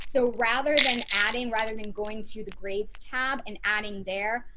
so rather than adding rather than going to the grades tab and adding there.